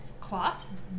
cloth